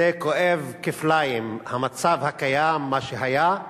וזה כואב כפליים, המצב הקיים, מה שהיה,